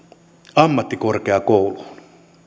ammattikorkeakouluun